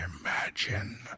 imagine